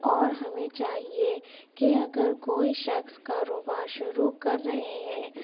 اور ہمیں چاہیے کہ اگر کوئی شخص کاروبار شروع کر رہے ہیں